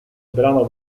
brano